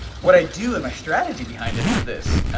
what i do, and my strategy behind it, is this.